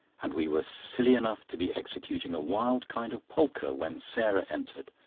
and we were silly enough to be executing a wild kind of polka when sarah entered,